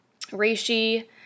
reishi